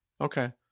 Okay